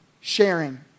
sharing